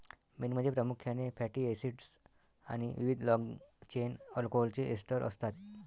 मेणमध्ये प्रामुख्याने fatty acids आणि विविध लाँग चेन अल्कोहोलचे एस्टर असतात